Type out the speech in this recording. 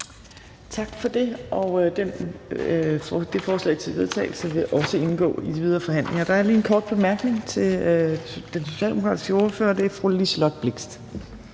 Tak for det. Det forslag til vedtagelse vil også indgå i de videre forhandlinger. Der er lige en kort bemærkning til den socialdemokratiske ordfører, og det er fra fru Liselott Blixt.